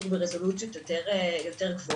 כי הן ברזולוציות יותר גבוהות.